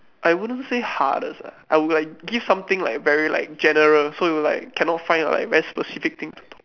I wouldn't say hardest ah I would like give something like very like general so it would like cannot find like very specific thing to talk